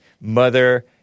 mother